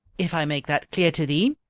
if i make that clear to thee,